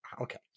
okay